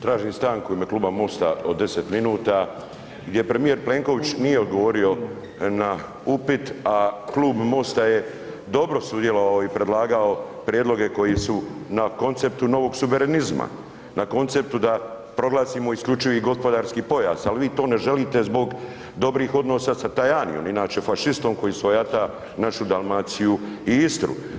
Tražim stanku i ime Kluba MOST-a od 10 minuta gdje premijer Plenković nije odgovorio na upit, a Klub MOST-a je dobro sudjelovao i predlagao prijedloge koji su na konceptu novog suverenizma, na konceptu da proglasimo isključivi gospodarski pojas, al vi to ne želite zbog dobrih odnosa sa Tajanijem inače fašistom koji svojata našu Dalmaciju i Istru.